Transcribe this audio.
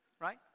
right